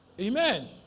Amen